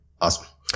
Awesome